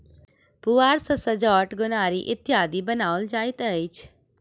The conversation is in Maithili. पुआर सॅ सजौट, गोनरि इत्यादि बनाओल जाइत अछि